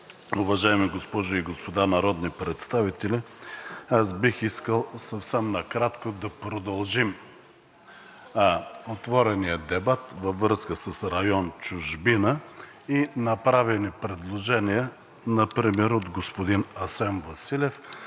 Уважаеми госпожи и господа народни представители! Аз бих искал съвсем накратко да продължим отворения дебат във връзка с район „Чужбина“ и направени предложения, например от господин Асен Василев,